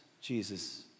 Jesus